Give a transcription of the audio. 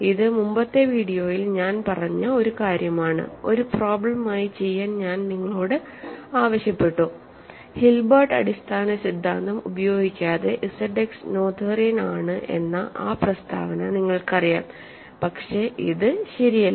ഇത് മുമ്പത്തെ വീഡിയോയിൽ ഞാൻ പറഞ്ഞ ഒരു കാര്യമാണ് ഒരു പ്രോബ്ലം ആയി ചെയ്യാൻ ഞാൻ നിങ്ങളോട് ആവശ്യപ്പെട്ടു ഹിൽബെർട്ട് അടിസ്ഥാന സിദ്ധാന്തം ഉപയോഗിക്കാതെ ZX നോതേറിയൻ ആണ് എന്ന ആ പ്രസ്താവന നിങ്ങൾക്കറിയാം പക്ഷേ ഇത് ശരിയല്ല